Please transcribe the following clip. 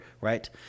right